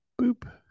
Boop